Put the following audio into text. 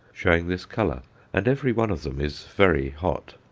showing this colour and every one of them is very hot.